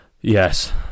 Yes